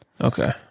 Okay